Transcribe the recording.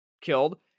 killed